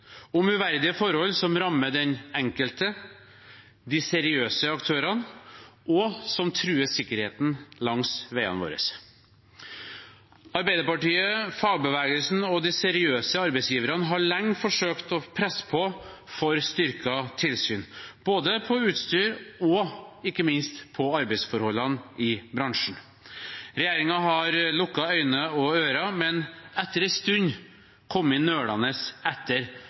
om uverdige forhold som rammer den enkelte, de seriøse aktørene, og som truer sikkerheten langs veiene våre. Arbeiderpartiet, fagbevegelsen og de seriøse arbeidsgiverne har lenge forsøkt å presse på for styrket tilsyn, både på utstyr og ikke minst på arbeidsforholdene i bransjen. Regjeringen har lukket øyne og ører, men etter en stund kommet nølende etter